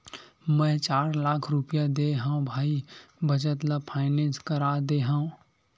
मै चार लाख रुपया देय हव भाई बचत ल फायनेंस करा दे हँव